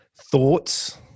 thoughts